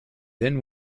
then